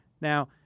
Now